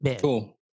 Cool